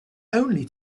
only